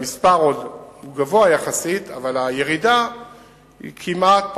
המספר גבוה יחסית אבל הירידה היא כמעט,